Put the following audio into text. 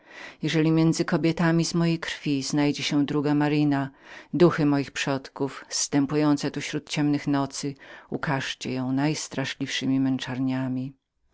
jeżeli między kobietami z mojej krwi znajdzie się druga aksyna duchy moich przodków zstępujące tu śród ciemnych nocy ukarzcie ją najstraszliwszemi męczarniami